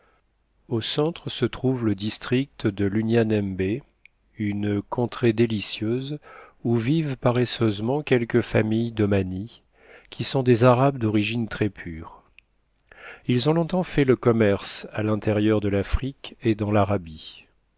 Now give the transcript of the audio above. au centre se trouve le district de l'unyanembé une contrée délicieuse où vivent paresseusement quelques familles d'omani qui sont des arabes d'origine très pure ils ont longtemps fait le commerce à l'intérieur de l'afrique et dans l'arabie